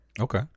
Okay